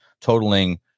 totaling